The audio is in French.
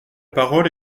parole